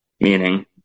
meaning